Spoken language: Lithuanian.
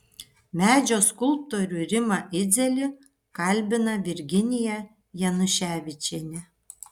medžio skulptorių rimą idzelį kalbina virginija januševičienė